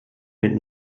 wird